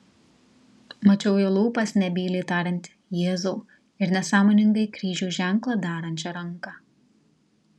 mačiau jo lūpas nebyliai tariant jėzau ir nesąmoningai kryžiaus ženklą darančią ranką